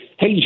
Hey